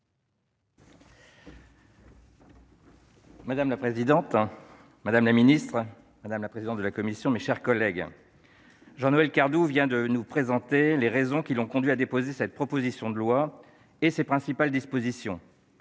Madame la présidente, madame la secrétaire d'État, mes chers collègues, Jean-Noël Cardoux vient de vous présenter les raisons qui l'ont conduit à déposer cette proposition de loi et les principales dispositions